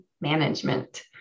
management